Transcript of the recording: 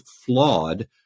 flawed